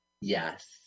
Yes